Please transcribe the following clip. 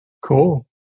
Cool